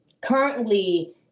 Currently